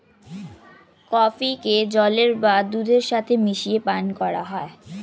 কফিকে জলের বা দুধের সাথে মিশিয়ে পান করা হয়